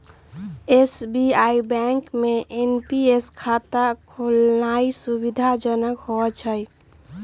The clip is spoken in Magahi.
एस.बी.आई बैंक में एन.पी.एस खता खोलेनाइ सुविधाजनक होइ छइ